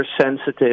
sensitive